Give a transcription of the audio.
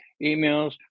emails